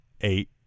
eight